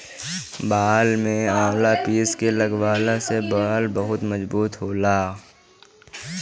बाल में आवंला पीस के लगवला से बाल मजबूत होला